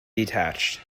detached